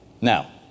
Now